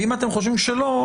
אם אתם חושבים שלא,